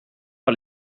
par